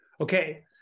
Okay